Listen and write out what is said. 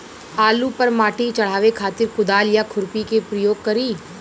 आलू पर माटी चढ़ावे खातिर कुदाल या खुरपी के प्रयोग करी?